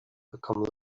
become